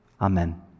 Amen